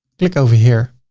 click over here,